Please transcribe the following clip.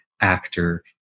actor